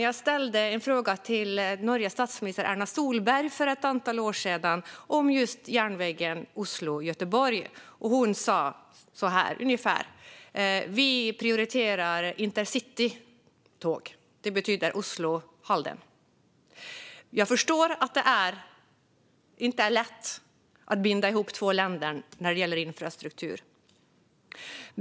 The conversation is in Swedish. Jag ställde en fråga till Norges statsminister Erna Solberg för ett antal år sedan om just järnvägen Oslo-Göteborg. Hon sa ungefär följande: Vi prioriterar Intercitytåg, vilket betyder Oslo-Halden. Jag förstår att det inte är lätt att binda ihop två länder när det gäller infrastruktur.